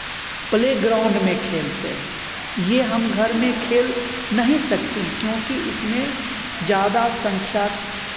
playground में खेलते हैं ये हम घर में खेल नहीं सकते हैं क्योंकि इसमें ज़्यादा संख्या